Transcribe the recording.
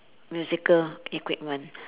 musical equipment